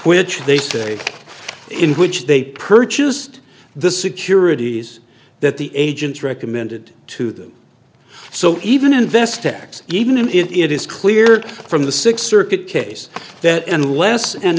which they say in which they purchased the securities that the agents recommended to them so even investor x even if it is cleared from the sixth circuit case that unless and